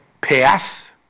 pass